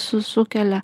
su sukelia